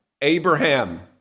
Abraham